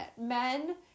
Men